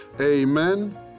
Amen